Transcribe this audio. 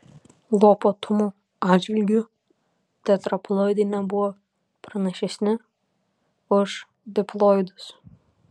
lapuotumo atžvilgiu tetraploidai nebuvo pranašesni už diploidus